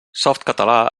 softcatalà